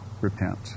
repent